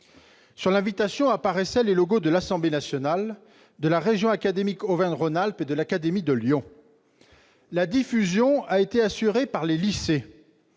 Sur l'invitation apparaissaient les logos de l'Assemblée nationale, de la région académique Auvergne-Rhône-Alpes et de l'académie de Lyon. La diffusion de cette invitation a été assurée par les lycées.